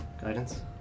Guidance